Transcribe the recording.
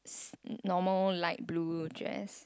normal light blue dress